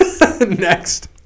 Next